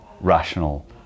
rational